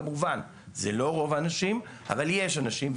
כמובן זה לא רוב האנשים אבל יש אנשים,